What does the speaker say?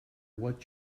what